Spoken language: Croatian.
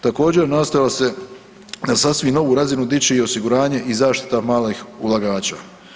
Također nastojalo se na sasvim novu razinu dići i osiguranje i zaštita malih ulagača.